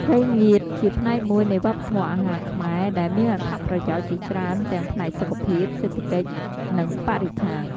ត្រីងៀតជាផ្នែកមួយនៃវប្បធម៌អាហារខ្មែរ ដែលមានអត្ថប្រយោជន៍ជាច្រើនទាំងផ្នែកសុខភាព សេដ្ឋកិច្ច និងបរិស្ថាន។